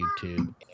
YouTube